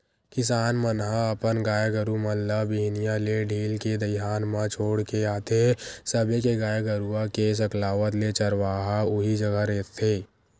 किसान मन ह अपन गाय गरु मन ल बिहनिया ले ढील के दईहान म छोड़ के आथे सबे के गाय गरुवा के सकलावत ले चरवाहा उही जघा रखथे